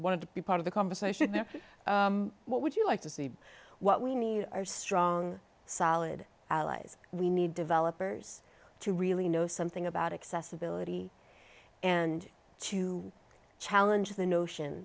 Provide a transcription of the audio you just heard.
wanted to be part of the conversation and that's what would you like to see what we need are strong solid allies we need developers to really know something about accessibility and to challenge the notion